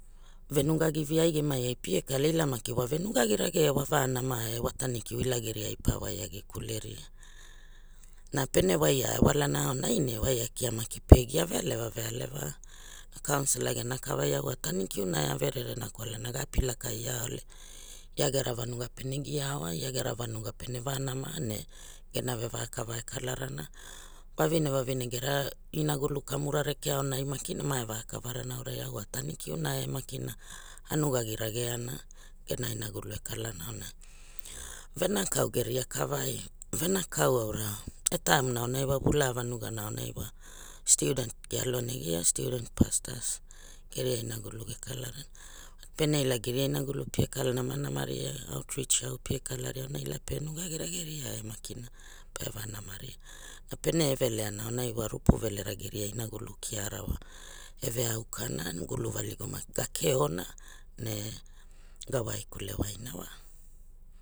Venugagi vi ai geriai ai pie kala ilamaki wa venugagirage e wa venama e wa tanikiu ila geriai pa woiagi kuleria na pere waria e walana aunai ne waia kia maki pe gia vealeve vealeva na councillor gera kavarai ne a tanikiu na e a verere na kwalana ga apilakaia ole ia gera vanuga pene gia awaorigia gera vanuga pere vanama ne gera vevoikava e kalara vaine vovine gera inagulu kamura rekea aunai makina ma e vaikavarana aurai au a tanikiu e makina a nugagiragena gera inagulu e kalana aounai venakau geria kavai venakau aouna e taimuna aunai wa vulaa vanugana aunai wa student ge alu negia student pasts geva inagulua ge lealeana pene ila geria inagulu pie kala namanama ria autrits au pie kala ria aunai ila pie neugagi rageria e makina peve namaria na peae eve leana numai wa rupu velena geria inagulu kiara wa eve aukleana re gula valigu maki ga keana ne ga waikulu waina wa.